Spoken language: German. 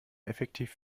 effektiv